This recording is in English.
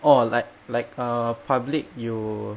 oh like like err public you